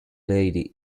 lady